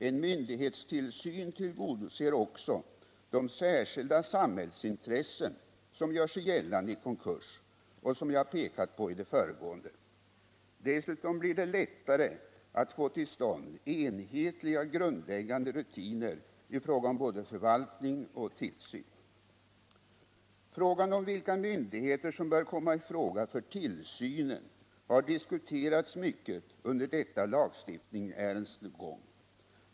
En myndighetstillsyn tillgodoser också de särskilda samhällsintressen som gör sig gällande i konkurs och som jag har pekat på i det föregående. Dessutom blir det lättare att få till stånd enhetliga grundläggande rutiner i fråga om både förvaltning och tillsyn. Frågan om vilka myndigheter som bör komma i fråga för tillsynen har 45 diskuterats mycket under detta lagstiftningsärendes gång.